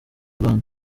rwanda